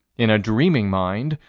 in a dreaming mind,